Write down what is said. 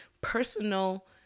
personal